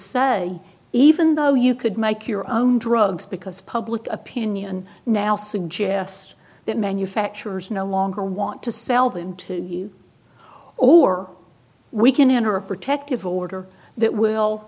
say even though you could make your own drugs because public opinion now suggest that manufacturers no longer want to sell them to you or we can enter a protective order that will